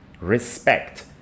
respect